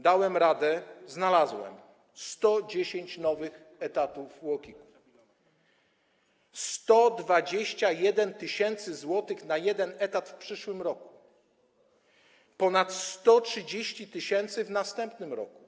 Dałem radę i znalazłem: 110 nowych etatów w UOKiK-u, 121 tys. zł na jeden etat w przyszłym roku, ponad 130 tys. zł w następnym roku.